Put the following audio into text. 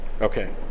Okay